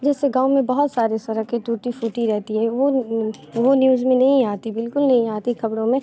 जैसे गाँव में बहुत सारी सड़कें टूटी फूटी रहती है वो वो न्यूज़ में नहीं आती बिल्कुल नहीं आती ख़बरों में